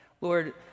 Lord